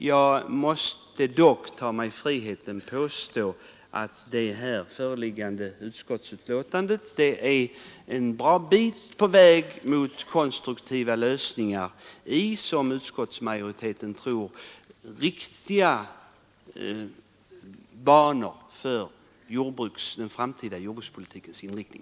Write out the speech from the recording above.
Jag tar mig dock friheten att påstå att det föreliggande utskottsbetänkandet är en bra bit på väg mot konstruktiva lösningar i — som utskottsmajoriteten tror — riktiga banor för den framtida jordbrukspolitikens inriktning.